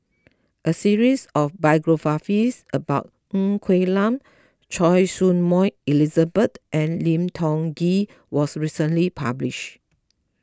a series of biographies about Ng Quee Lam Choy Su Moi Elizabeth and Lim Tiong Ghee was recently publish